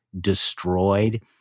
destroyed